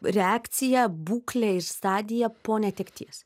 reakcija būklė ir stadija po netekties